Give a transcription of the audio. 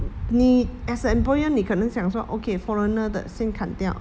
你 as an employer 你可能想说 okay foreigner 的先砍掉